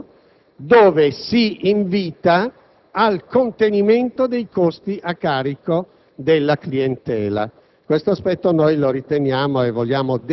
quindi non riusciamo a comprendere come non si sia ritenuto possibile